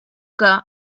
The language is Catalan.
que